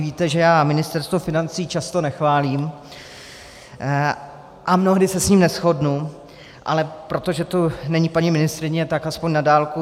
Vy víte, že já Ministerstvo financí často nechválím a mnohdy se s ním neshodnu, ale protože tady není paní ministryně, tak alespoň na dálku.